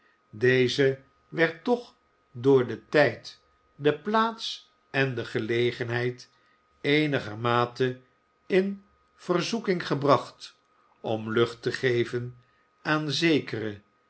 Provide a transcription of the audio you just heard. deze werd toch door den tijd de plaats en de gelegenheid eenigermate in verzoeking gebracht om lucht te geven aan zekere